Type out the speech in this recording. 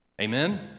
Amen